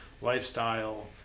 lifestyle